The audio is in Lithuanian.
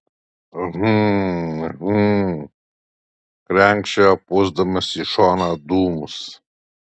hm hm krenkščiojo pūsdamas į šoną dūmus